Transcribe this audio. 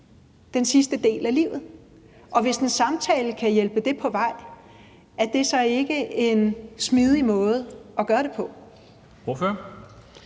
den sidste del af livet, og hvis en samtale kan hjælpe det på vej, er det så ikke en smidig måde at gøre det på?